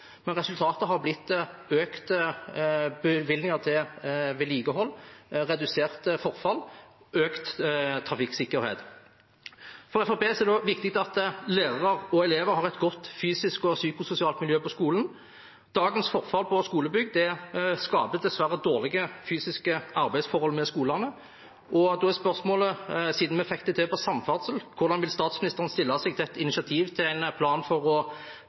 men resultatet har blitt økte bevilgninger til vedlikehold, redusert forfall og økt trafikksikkerhet. For Fremskrittspartiet er det også viktig at lærere og elever har et godt fysisk og psykososialt miljø på skolen. Dagens forfall på skolebygg skaper dessverre dårlige fysiske arbeidsforhold ved skolene, og da er spørsmålet, siden vi fikk det til på samferdsel: Hvordan vil statsministeren stille seg til et initiativ til en plan for å